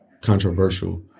controversial